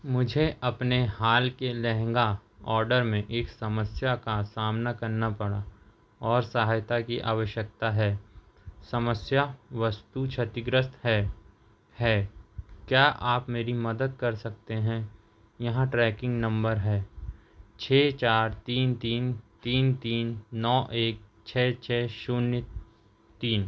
मुझे अपने हाल के लहंगा ऑर्डर में एक समस्या का सामना करना पड़ा और सहायता की आवश्यकता है समस्या वस्तु क्षतिग्रस्त हैं है क्या आप मेरी मदद कर सकते हैं यहां ट्रैकिंग नंबर है छः चार तीन तीन तीन तीन नौ एक छः छः शून्य तीन